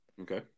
Okay